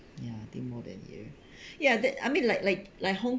ya I think more than you ya that I mean like like like hong